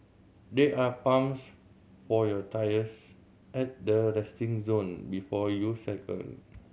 there are pumps for your tyres at the resting zone before you cycle